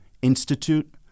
Institute